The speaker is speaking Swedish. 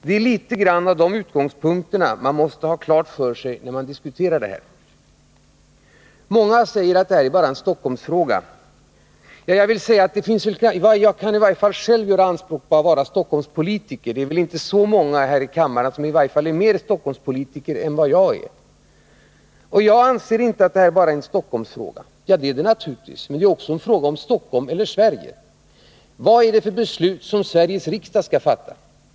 Det är litet grand av de utgångspunkterna man måste ha klart för sig när man diskuterar denna fråga. Många säger att detta bara är en Stockholmsfråga. Jag kan i varje fall själv göra anspråk på att vara Stockholmspolitiker. Det är väl inte så många här i kammaren som i varje fall är mer Stockholmspolitiker än vad jag är, och jag anser inte att detta bara är en Stockholmsfråga. Det är det naturligtvis, men det är också en fråga om Stockholm eller Sverige. Vad är det för beslut som Sveriges riksdag skall fatta?